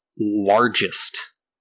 largest